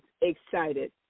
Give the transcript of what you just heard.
excited